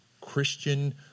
Christian